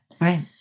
Right